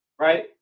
Right